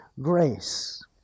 grace